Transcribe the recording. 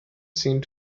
seemed